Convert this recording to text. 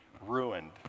ruined